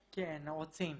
כן, רוצים.